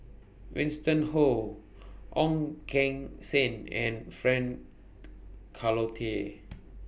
Winston Ho Ong Keng Sen and Frank Cloutier